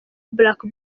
black